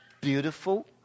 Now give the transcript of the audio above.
beautiful